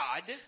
God